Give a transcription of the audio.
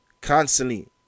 constantly